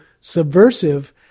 subversive